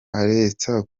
aretse